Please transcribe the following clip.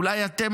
אולי אתם,